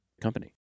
company